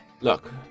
Look